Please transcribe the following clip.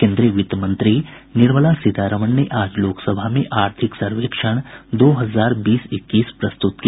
केन्द्रीय वित्तमंत्री निर्मला सीतारामन ने आज लोकसभा में आर्थिक सर्वेक्षण दो हजार बीस इक्कीस प्रस्तुत किया